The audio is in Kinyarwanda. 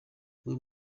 niwe